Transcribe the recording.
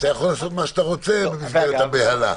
שאתה יכול לעשות מה שאתה רוצה במסגרת הבהלה.